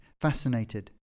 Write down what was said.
fascinated